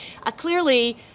clearly